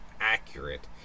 accurate